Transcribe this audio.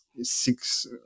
six